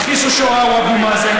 מכחיש השואה הוא אבו מאזן,